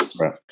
Right